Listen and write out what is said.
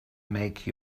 make